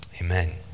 amen